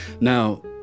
Now